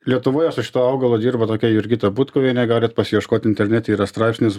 lietuvoje su šituo augalu dirba tokia jurgita butkuvienė galit pasiieškot internete yra straipsnis